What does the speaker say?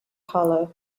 hollow